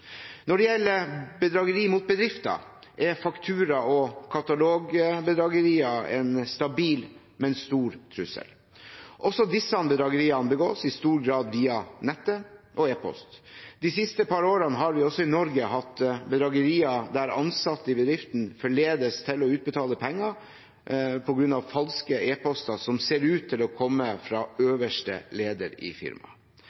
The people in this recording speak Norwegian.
Når det gjelder bedrageri mot bedrifter, er faktura- og katalogbedragerier en stabil, men stor trussel. Også disse bedrageriene begås i stor grad via nett og e-post. De siste par årene har vi også i Norge hatt bedragerier der ansatte i bedrifter forledes til å utbetale penger på bakgrunn av falske e-poster som ser ut til å komme fra